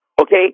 Okay